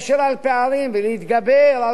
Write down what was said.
לאחר אירוע כל כך דרמטי,